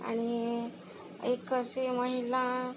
आणि एक अशी महिला